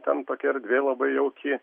ten tokia erdvė labai jauki